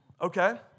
Okay